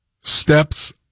Steps